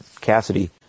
Cassidy